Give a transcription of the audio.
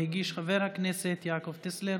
שהגיש חבר הכנסת יעקב טסלר